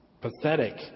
Pathetic